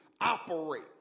operate